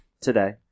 today